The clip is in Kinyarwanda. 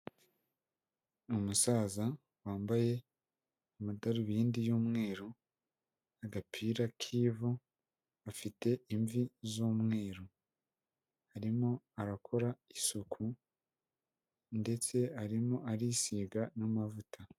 Umusaza wambaye amadarubindi y'umweru, agapira k'ivu, afite imvi z'umweru. Arimo arakora isuku ndetse arimo arisiga n'amavuta.